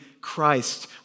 Christ